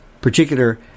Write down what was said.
particular